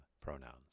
pronouns